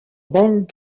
bang